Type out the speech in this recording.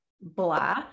blah